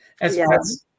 Yes